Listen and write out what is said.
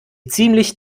ziemlich